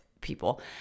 people